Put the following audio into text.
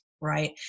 right